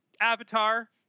Avatar